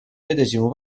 medesimo